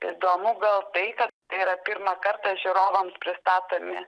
įdomu gal tai kad tai yra pirmą kartą žiūrovams pristatomi